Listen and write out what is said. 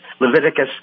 Leviticus